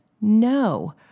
no